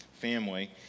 family